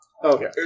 Okay